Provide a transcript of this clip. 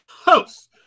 host